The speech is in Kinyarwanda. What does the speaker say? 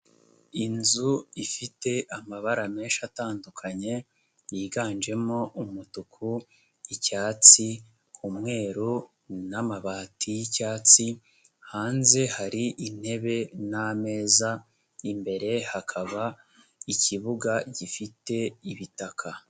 Inzu ifite amabara menshi atandukanye, yiganjemo umutuku, icyatsi, umweru n'amabati y'icyatsi, hanze hari intebe n'ameza, imbere hakaba ikibuga gifite ibitaka.